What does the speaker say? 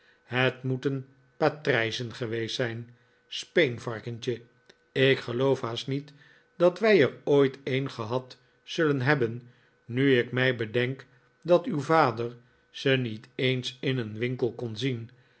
het moeten patrijzen geweest zijn speenvarkentje ik geloof haast niet dat wij er ooit een gehad zullen hebben nu ik mij bedenk dat uw papa ze niet eens in een winkel kon zien